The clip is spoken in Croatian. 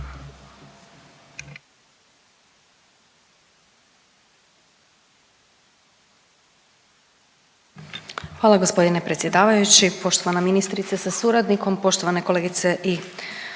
Hvala g. predsjedavajući. Poštovana ministrice sa suradnikom, poštovane kolegice i